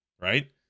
Right